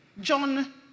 John